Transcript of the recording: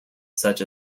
such